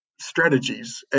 strategies